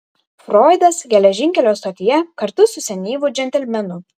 froidas geležinkelio stotyje kartu su senyvu džentelmenu